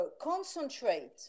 concentrate